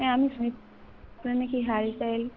হ্যাঁ আমি শুনেছি হাই ফাই